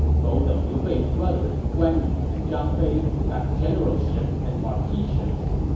both of liu bei's brothers, guan yu and zhang fei, got generalships and marquiships.